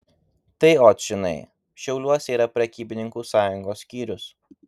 tai ot žinai šiauliuose yra prekybininkų sąjungos skyrius